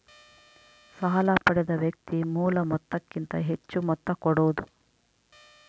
ಸಾಲ ಪಡೆದ ವ್ಯಕ್ತಿ ಮೂಲ ಮೊತ್ತಕ್ಕಿಂತ ಹೆಚ್ಹು ಮೊತ್ತ ಕೊಡೋದು